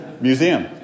Museum